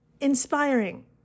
inspiring